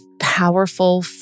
powerful